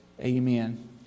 Amen